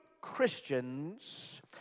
Christians